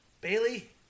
Bailey